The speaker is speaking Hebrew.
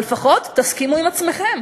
אבל לפחות תסכימו עם עצמכם.